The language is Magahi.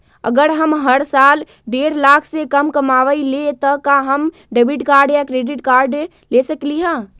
अगर हम हर साल डेढ़ लाख से कम कमावईले त का हम डेबिट कार्ड या क्रेडिट कार्ड ले सकली ह?